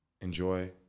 Enjoy